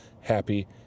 Happy